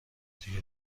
دیگه